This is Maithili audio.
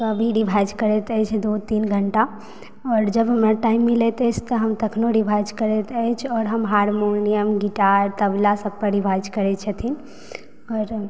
कऽ भी रिभाइज करैत अछि दू तीन घण्टा आओर जब हमरा टाइम मिलैत अछि तऽ हम तखनो रिभाइज करैत अछि आओर हम हारमोनियम गिटार तबला सभपर रिभाइज करै छथिन आओर